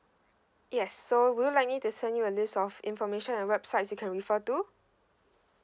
yes so would you like me to send you a list of information and websites you can refer to